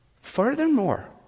Furthermore